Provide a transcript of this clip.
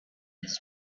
his